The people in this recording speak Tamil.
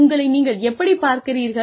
உங்களை நீங்கள் எப்படிப் பார்க்கிறீர்கள்